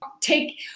take